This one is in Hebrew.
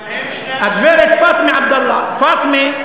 הגברת פאטמה עבדאללה, פאטמה,